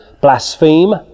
blaspheme